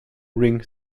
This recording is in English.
ring